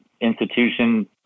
institution